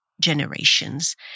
generations